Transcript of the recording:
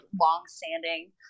long-standing